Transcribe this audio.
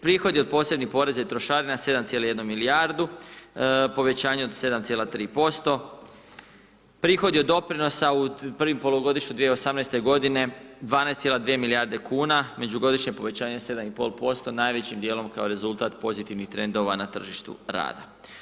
Prihodi od posebnih poreza i trošarina 7,1 milijardu, povećanje od 7,3%, prihodi od doprinosa u prvom polugodištu 2018. godine 12,2 milijarde kuna, međugodišnje povećanje 7,5% najvećim dijelom kao rezultat pozitivnih trendova na tržištu rada.